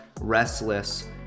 restless